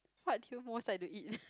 what do you most like to eat